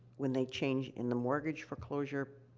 when they change in the mortgage foreclosure,